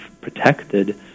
protected